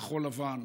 של כחול-לבן.